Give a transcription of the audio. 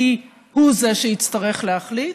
כי הוא זה שיצטרך להחליט,